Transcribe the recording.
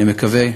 אני מקווה,